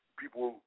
people